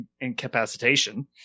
incapacitation